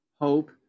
hope